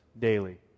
daily